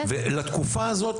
לתקופה הזאת,